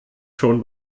schon